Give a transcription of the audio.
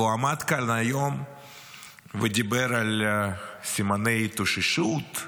הוא עמד כאן היום ודיבר על סימני התאוששות,